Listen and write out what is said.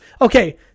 Okay